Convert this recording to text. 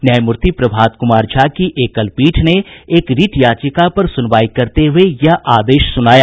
न्यायमूर्ति प्रभात कुमार झा की एकल पीठ ने एक रिट याचिका पर सुनवाई करते हुये यह आदेश सुनाया